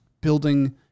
building